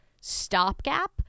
stopgap